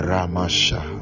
Ramasha